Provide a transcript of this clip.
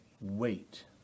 Wait